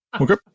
Okay